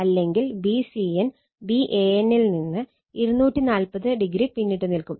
അല്ലെങ്കിൽ Vcn Van ൽ നിന്ന് 240o പിന്നിട്ട് നിൽക്കും